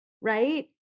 right